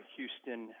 Houston